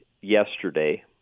yesterday